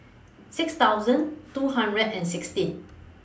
six thousand two hundred and sixteen